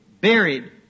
buried